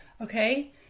okay